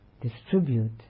distribute